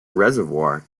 reservoir